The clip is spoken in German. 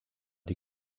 die